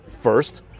first